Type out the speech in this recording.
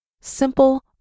simple